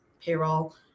payroll